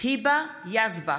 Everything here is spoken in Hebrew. היבה יזבק,